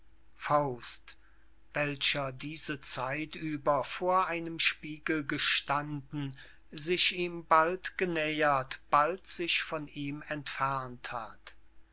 sitzen welcher diese zeit über vor einem spiegel gestanden sich ihm bald genähert bald sich von ihm entfernt hat